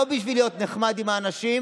לא בשביל להיות נחמד עם האנשים,